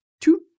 two